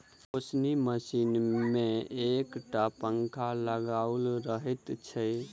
ओसौनी मशीन मे एक टा पंखा लगाओल रहैत छै